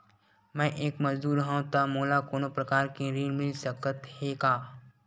मैं एक मजदूर हंव त मोला कोनो प्रकार के ऋण मिल सकत हे का?